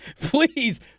Please